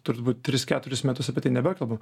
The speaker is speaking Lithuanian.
turbūt tris keturis metus apie tai nebekalbu